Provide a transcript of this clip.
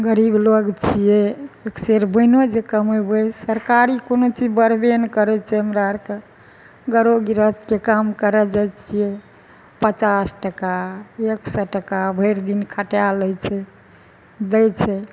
गरीब लोग छियै एक सेर बोइनो जे कमैबै सरकारी कोनो चीज बढ़बे नहि करै छै हमरा आरके घरो गिरहथके काम करऽ जाइ छियै पचास टका एक सए टका भैर दिन खटाए लै छै दै छै